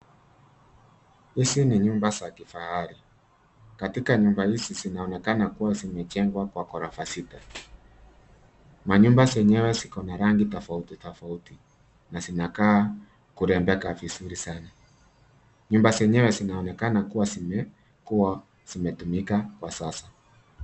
Hizi ni nyumba za kifahari. Katika nyumba hizi zinaonekana kuwa zimejengwa kwa ghrofa sita. Manyumba zenyewe ziko na rangi tofauti tofauti, na zinakaa kurembeka vizuri sana. Nyumba zenyewe zinaonekana kuwa zimekuwa zimetumika kwa sasa.